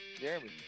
Jeremy